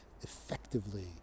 effectively